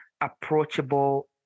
approachable